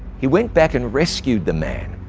he went back and rescued the man,